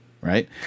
right